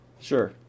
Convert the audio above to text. Sure